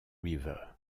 river